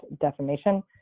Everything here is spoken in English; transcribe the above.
Defamation